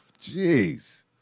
Jeez